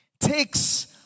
Takes